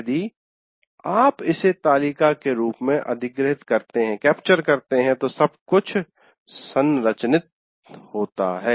यदि आप इसे तालिका के रूप में अधिग्रहित करते हैं तो सब कुछ संरचित होता है